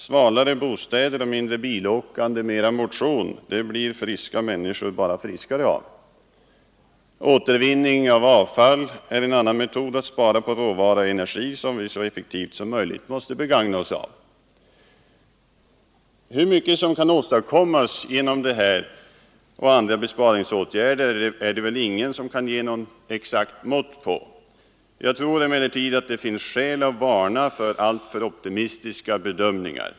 Svalare bostäder, mindre bilåkande, mera motion blir friska människor bara friskare av. Återvinning av avfall är en annan metod att spara på råvara och energi som vi så effektivt som möjligt måste begagna oss av. Hur mycket som kan åstadkommas genom dessa och andra besparingsåtgärder är det väl ingen som kan ge något exakt mått på. Jag tror emellertid att det finns skäl att varna för alltför optimistiska bedömningar.